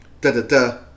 Da-da-da